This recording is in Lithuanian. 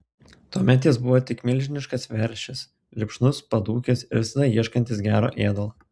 tuomet jis buvo tik milžiniškas veršis lipšnus padūkęs ir visada ieškantis gero ėdalo